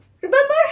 Remember